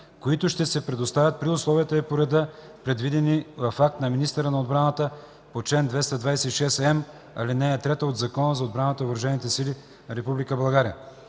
които ще се предоставят при условията и по реда, предвидени в акта на министъра на отбраната по чл. 226м, ал. 3 от Закона за отбраната и въоръжените сили на Република